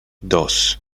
dos